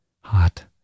hot